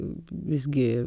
vis gi